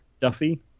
Duffy